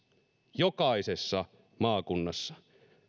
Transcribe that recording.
jokaisessa maakunnassa